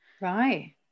Right